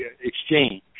exchange